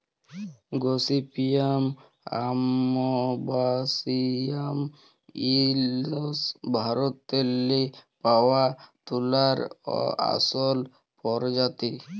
gossypium arboreum হ্যইল ভারতেল্লে পাউয়া তুলার আসল পরজাতি